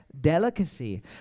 Delicacy